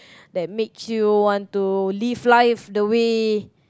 that make you want to live life the way